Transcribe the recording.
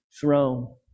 throne